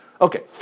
Okay